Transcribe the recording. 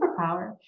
superpower